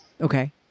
Okay